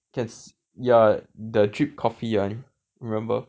can s~ ya the drip coffee one remember